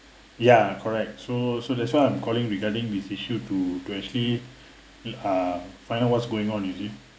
ya correct so so that's why I'm calling regarding this issue to to actually uh find out what's going you see